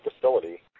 facility